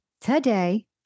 today